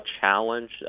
challenge